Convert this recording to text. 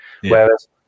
Whereas